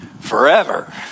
forever